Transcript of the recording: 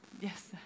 Yes